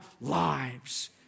lives